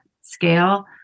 scale